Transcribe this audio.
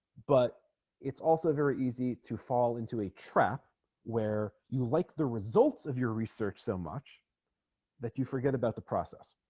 but it's also very easy to fall into a trap where you like the results of your research so much that you forget about the process